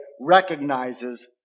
recognizes